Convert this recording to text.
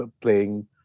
playing